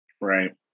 right